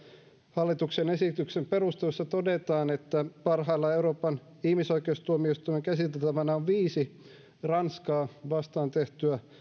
hallituksen esityksen perusteluissa todetaan että parhaillaan euroopan ihmisoikeustuomioistuimen käsiteltävänä on viisi ranskaa vastaan tehtyä